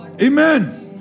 Amen